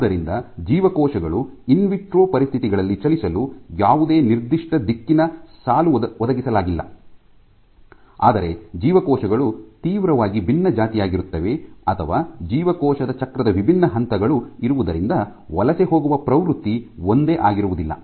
ಆದ್ದರಿಂದ ಜೀವಕೋಶಗಳು ಇನ್ವಿಟ್ರೊ ಪರಿಸ್ಥಿತಿಗಳಲ್ಲಿ ಚಲಿಸಲು ಯಾವುದೇ ನಿರ್ದಿಷ್ಟ ದಿಕ್ಕಿನ ಸಾಲು ಒದಗಿಸಲಾಗಿಲ್ಲ ಆದರೆ ಜೀವಕೋಶಗಳು ತೀವ್ರವಾಗಿ ಭಿನ್ನಜಾತಿಯಾಗಿರುತ್ತವೆ ಅಥವಾ ಜೀವಕೋಶದ ಚಕ್ರದ ವಿಭಿನ್ನ ಹಂತಗಳು ಇರುವುದರಿಂದ ವಲಸೆ ಹೋಗುವ ಪ್ರವೃತ್ತಿ ಒಂದೇ ಆಗಿರುವುದಿಲ್ಲ